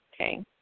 okay